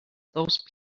those